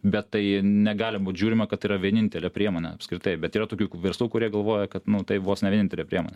bet tai negali būt žiūrima kad tai yra vienintelė priemonė apskritai bet yra tokių verslų kurie galvoja kad tai vos ne vienintelė priemonė